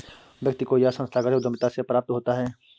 व्यक्ति को यह संस्थागत उद्धमिता से प्राप्त होता है